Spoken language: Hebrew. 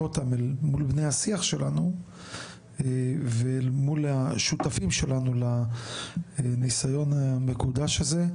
אותם אל מול בני השיח שלנו ואל מול השותפים שלנו לניסיון המקודש הזה,